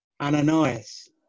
ananias